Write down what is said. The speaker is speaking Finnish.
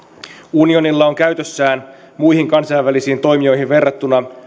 unionilla on käytössään muihin kansainvälisiin toimijoihin verrattuna